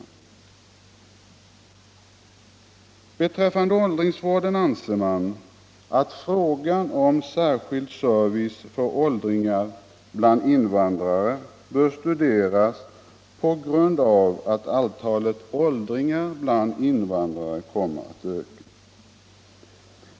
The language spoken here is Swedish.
Vad beträffar åldringsvården anser man att frågan om särskild service för åldringar bland invandrare bör studeras på grund av att antalet åldringar bland invandrarna kommer att öka.